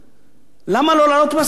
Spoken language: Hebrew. למה לא להעלות את מס החברות ב-2%?